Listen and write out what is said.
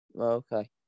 okay